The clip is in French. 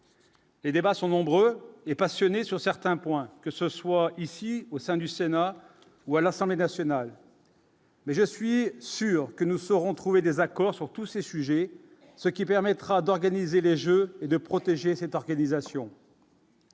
Les débats sont nombreuses et passionné sur certains points, que ce soit ici au sein du Sénat ou à l'Assemblée nationale. Mais je suis sûr que nous saurons trouver des accords sur tous ces sujets, ce qui permettra d'organiser les Jeux et de protéger cette organisation.